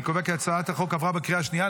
אני קובע כי הצעת החוק עברה בקריאה שנייה.